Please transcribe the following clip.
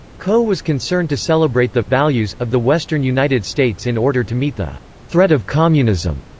coe was concerned to celebrate the values of the western united states in order to meet the threat of communism.